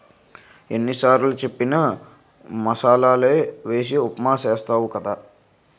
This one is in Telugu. ఎన్ని సారులు చెప్పిన మసాలలే వేసి ఉప్మా చేస్తావు కదా